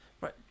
right